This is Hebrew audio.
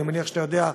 אני מניח שאתה יודע,